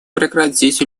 прекратить